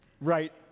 right